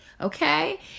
Okay